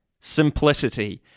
Simplicity